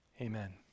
amen